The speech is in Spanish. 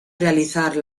realizar